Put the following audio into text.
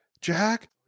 Jack